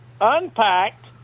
unpacked